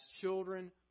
children